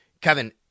Kevin